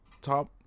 Top